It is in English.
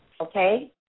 Okay